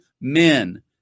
men